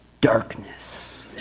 darkness